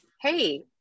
hey